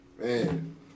Man